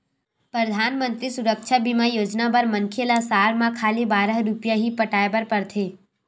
परधानमंतरी सुरक्छा बीमा योजना बर मनखे ल साल म खाली बारह रूपिया ही पटाए बर परथे